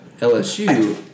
LSU